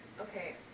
Okay